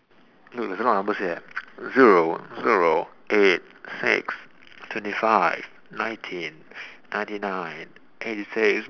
no there's a lot of numbers here eh zero zero eight six twenty five nineteen ninety nine eighty six